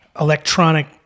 electronic